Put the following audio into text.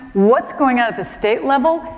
what's going on at the state level,